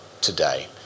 today